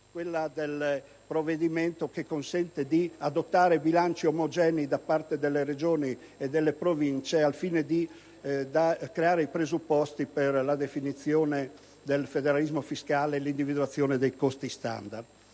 al provvedimento che consente di adottare bilanci omogenei alle Regioni e alle Province, al fine di creare i presupposti per la definizione del federalismo fiscale e l'individuazione dei costi standard.